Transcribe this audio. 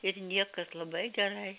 ir niekas labai gerai